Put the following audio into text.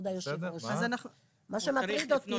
מה שמטריד אותי,